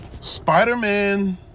Spider-Man